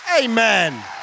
amen